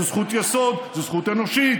זו זכות יסוד, זו זכות אנושית.